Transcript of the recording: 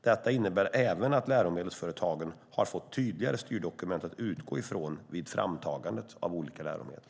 Detta innebär även att läromedelsföretagen har fått tydligare styrdokument att utgå ifrån vid framtagandet av olika läromedel.